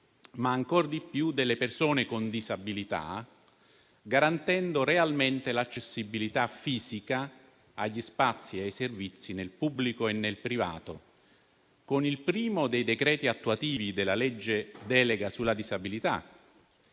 ma ancor di più delle persone con disabilità, garantendo realmente l'accessibilità fisica agli spazi e ai servizi nel pubblico e nel privato. Con il primo dei decreti attuativi della legge delega sulla disabilità,